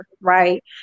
Right